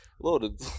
loaded